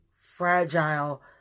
fragile